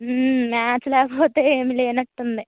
maths లేకపోతే ఏం లేనట్టుంది